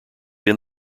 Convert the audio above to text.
have